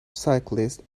cyclists